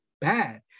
bad